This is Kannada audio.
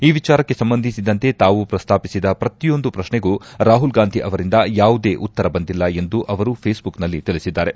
ಈ ವಿಚಾರಕ್ಷೆ ಸಂಬಂಧಿಸಿದಂತೆ ತಾವು ಪ್ರಸ್ತಾಪಿಸಿದ ಪ್ರತಿಯೊಂದು ಪ್ರಕ್ಷೆಗೂ ರಾಹುಲ್ ಗಾಂಧಿ ಅವರಿಂದ ಯಾವುದೇ ಉತ್ತರ ಬಂದಿಲ್ಲ ಎಂದು ಅವರು ಫೇಸ್ ಬುಕ್ನಲ್ಲಿ ತಿಳಿಸಿದ್ದಾರೆ